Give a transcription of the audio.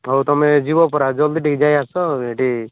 ହଉ ତୁମେ ଯିବ ପରା ଜଲ୍ଦି ଟିକେ ଯାଇ ଆସ ଏଇଠି